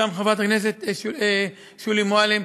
גם חברת הכנסת שולי מועלם,